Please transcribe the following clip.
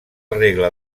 regla